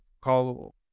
call